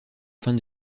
fin